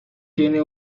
tiene